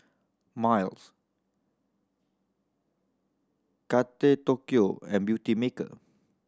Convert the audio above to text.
Miles Kate Tokyo and Beautymaker